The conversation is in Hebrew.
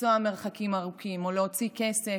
לנסוע מרחקים ארוכים או להוציא כסף,